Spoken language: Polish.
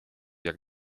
jak